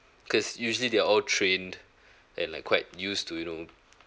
because usually they are all trained and like quite used to you know